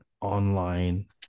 online